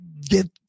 get